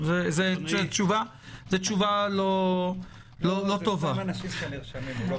זו תשובה לא טובה.